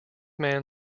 man